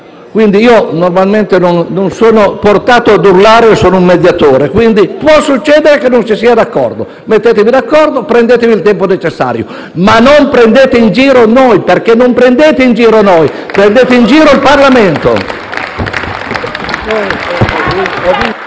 succedere. Normalmente non sono portato a urlare, sono un mediatore, quindi ammetto che può succedere che non si sia d'accordo: mettetevi d'accordo, prendetevi il tempo necessario, ma non prendete in giro noi, perché in questo modo non prendete in giro noi, ma il Parlamento.